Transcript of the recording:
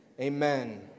amen